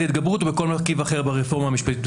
ההתגברות או בכל מרכיב אחר ברפורמה המשפטית.